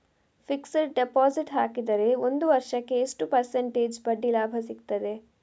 Fixed deposit ಹಾಕಿದರೆ ಒಂದು ವರ್ಷಕ್ಕೆ ಎಷ್ಟು ಪರ್ಸೆಂಟೇಜ್ ಬಡ್ಡಿ ಲಾಭ ಸಿಕ್ತದೆ?